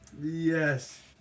Yes